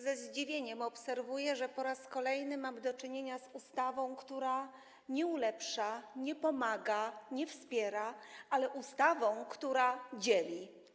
Ze zdziwieniem obserwuję, że po raz kolejny mamy do czynienia z ustawą, która nie ulepsza, nie pomaga, nie wspiera, ale z ustawą, która dzieli.